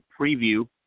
preview